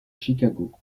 chicago